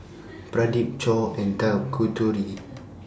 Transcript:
Pradip Choor and Tanguturi